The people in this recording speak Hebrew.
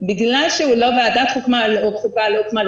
בגלל שוועדת חוקה לא הוקמה,